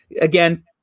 Again